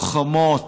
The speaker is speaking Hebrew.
לוחמות,